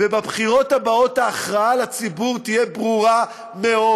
ובבחירות הבאות ההכרעה לציבור תהיה ברורה מאוד: